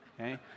okay